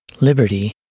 liberty